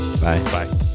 bye